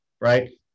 right